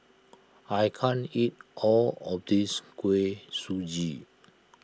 I can't eat all of this Kuih Suji